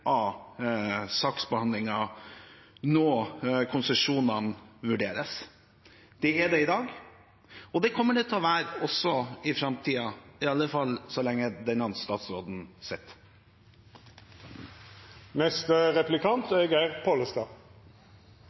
av saksbehandlingen når konsesjonene vurderes. Det er det i dag, og det kommer det til å være også i framtiden – i alle fall så lenge denne statsråden sitter. Eg trur det er